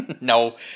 No